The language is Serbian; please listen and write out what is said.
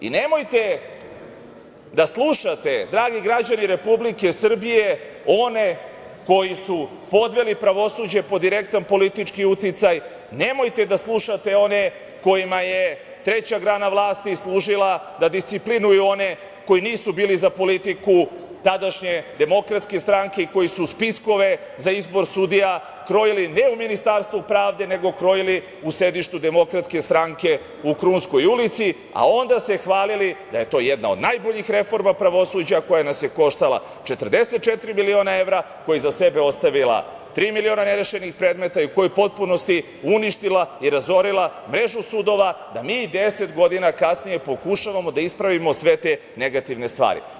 Nemojte da slušate, dragi građani Republike Srbije, one koji su podveli pravosuđe pod direktan politički uticaj, nemojte da slušate one kojima je treća grana vlasti služila da disciplinuju one koji nisu bili za politiku tadašnje DS i koji su spiskove za izbor sudija krojili, ne u Ministarstvu pravde, nego krojili u sedištu DS u Krunskoj ulici, a onda se hvalili da je to jedna od najbolji reforma pravosuđa koja nas je koštala 44 miliona evra, koja je iza sebe ostavila tri miliona nerešenih predmeta i koja je u potpunosti uništila i razorila mrežu sudova da mi 10 godina kasnije pokušavamo da ispravimo sve te negativne stvari.